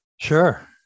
Sure